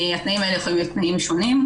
התנאים האלה יכולים להיות תנאים שונים,